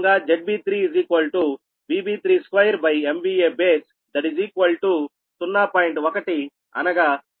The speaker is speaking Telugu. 1అనగా 0